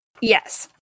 Yes